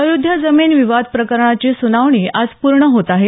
अयोध्या जमीन विवाद प्रकरणाची सुनावणी आज पूर्ण होत आहे